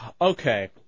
Okay